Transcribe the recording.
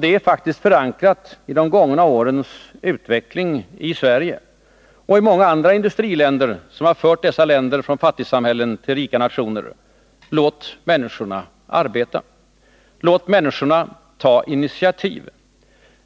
Det är faktiskt förankrat i de gångna årens utveckling i Sverige och i många andra industriländer, länder som utvecklats från fattigländer till rika nationer. Låt människorna arbeta. Låt människorna ta initiativ.